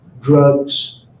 drugs